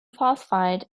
phosphide